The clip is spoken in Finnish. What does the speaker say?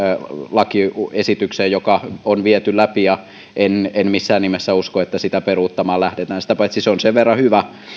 lakiesitykseen joka on viety läpi en en missään nimessä usko että sitä peruuttamaan lähdetään sitä paitsi se on sen verran hyvä